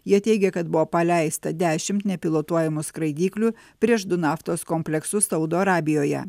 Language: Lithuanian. jie teigia kad buvo paleista dešimt nepilotuojamų skraidyklių prieš du naftos kompleksus saudo arabijoje